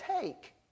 take